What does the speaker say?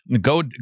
Go